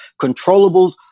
controllables